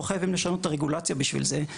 לא חייבים לשנות את הרגולציה בשביל זה.